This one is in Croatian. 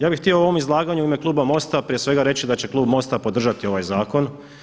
Ja bih htio u ovom izlaganju u ime kluba MOST-a prije svega reći da će klub MOST-a podržati ovaj zakon.